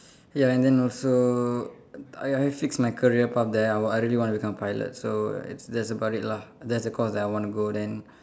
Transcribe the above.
ya and then also I I fix my career path there I I really want to become pilot so that's about it lah that's the course that I want to go then